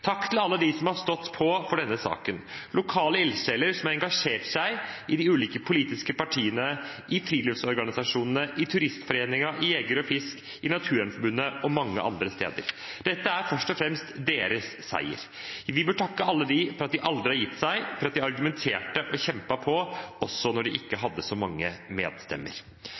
takk til alle dem som har stått på for denne saken, lokale ildsjeler som har engasjert seg i de ulike politiske partiene, i friluftsorganisasjonene, i Turistforeningen, i Norges Jeger- og Fiskerforbund, i Naturvernforbundet og mange andre steder. Dette er først og fremst deres seier. Vi bør takke alle dem for at de aldri har gitt seg, for at de argumenterte og kjempet på, også når de ikke hadde så mange medstemmer.